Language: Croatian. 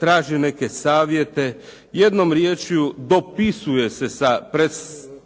traži neke savjete. Jednom riječju dopisuje se sa predsjednicima